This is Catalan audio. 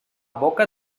boca